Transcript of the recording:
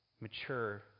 mature